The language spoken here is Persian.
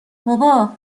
بابا